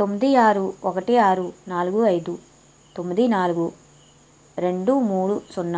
తొమ్మిది ఆరు ఒకటి ఆరు నాలుగు అయిదు తొమ్మిది నాలుగు రెండు మూడు సున్న